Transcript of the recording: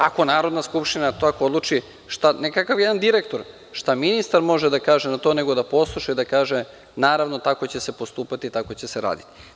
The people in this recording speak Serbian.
Ako Narodna skupština tako odluči, kakav jedan direktor, šta ministar može da kaže na to, nego da posluša i da kaže – naravno, tako će se postupati, tako će se raditi.